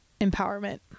empowerment